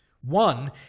One